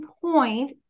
point